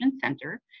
center